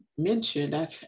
mentioned